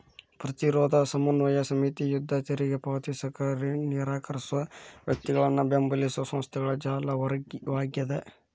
ಪ್ರತಿರೋಧ ಸಮನ್ವಯ ಸಮಿತಿ ಯುದ್ಧ ತೆರಿಗೆ ಪಾವತಿಸಕ ನಿರಾಕರ್ಸೋ ವ್ಯಕ್ತಿಗಳನ್ನ ಬೆಂಬಲಿಸೊ ಸಂಸ್ಥೆಗಳ ಜಾಲವಾಗ್ಯದ